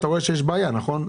תוך כדי אתה רואה שיש בעיה, נכון?